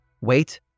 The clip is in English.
wait